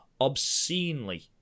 obscenely